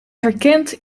herkent